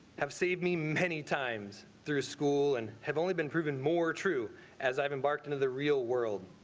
have seen me many times through school and have only been proven more true as i have embarked into the real world.